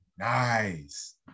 Nice